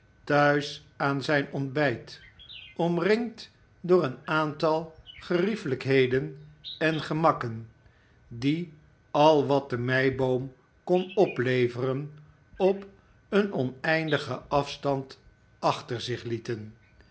thuis aan zijn ontbijt omringd door een aantal geriefelijkheden en gemakken die al wax de meiboom kon opleveren op een oneindigen afstand achter zich lieten